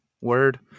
word